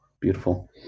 Beautiful